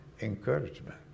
encouragement